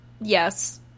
yes